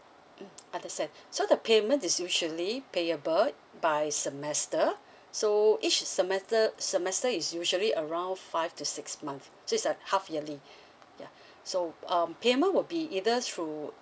mm understand so the payment is usually payable by semester so each semester semester is usually around five to six month this uh half yearly ya so um payment will be either through